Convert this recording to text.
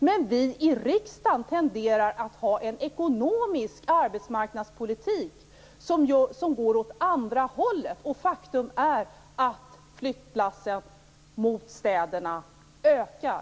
Men vi i riksdagen tenderar att ha en ekonomisk arbetsmarknadspolitik som går åt andra hållet, och faktum är att flyttlassen till städerna ökar.